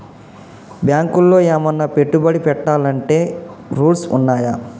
బ్యాంకులో ఏమన్నా పెట్టుబడి పెట్టాలంటే రూల్స్ ఉన్నయా?